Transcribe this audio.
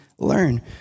Learn